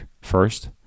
first